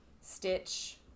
stitch –